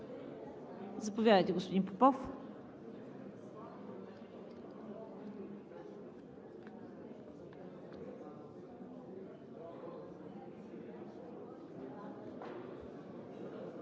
Заповядайте, господин Попов.